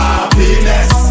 Happiness